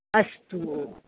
अस्तु